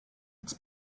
its